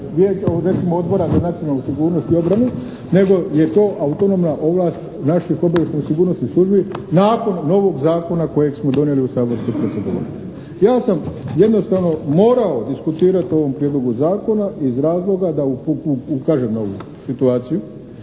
Odbora za nacionalnu sigurnost i obrani nego je to autonomna ovlast naših obavještajnih sigurnosnih službi nakon novog zakona kojeg smo donijeli u saborskoj proceduri. Ja sam jednostavno morao diskutirati o ovom prijedlogu zakona iz razloga da ukažem na ovu situaciju